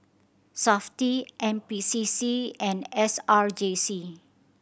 Safti N P C C and S R J C